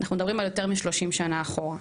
אנחנו מדברים על יותר משלושים שנה אחורה.